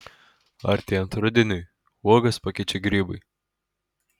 artėjant rudeniui uogas pakeičia grybai